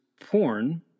porn